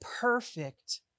perfect